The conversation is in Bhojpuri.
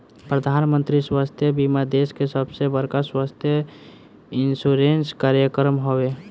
प्रधानमंत्री स्वास्थ्य बीमा देश के सबसे बड़का स्वास्थ्य इंश्योरेंस कार्यक्रम हवे